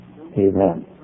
Amen